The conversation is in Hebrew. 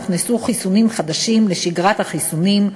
הוכנסו חיסונים חדשים לשגרת החיסונים,